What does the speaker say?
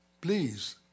please